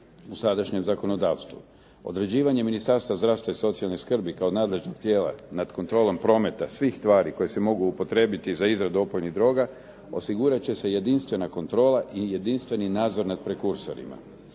u sadašnjem zakonodavstvu. Određivanje Ministarstva zdravstva i socijalne skrbi kao nadležnog tijela nad kontrolom prometa svih tvari koje se mogu upotrijebiti za izradu opojnih droga osigurat će se jedinstvena kontrola i jedinstveni nadzor nad prekursorima.